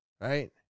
right